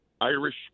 Irish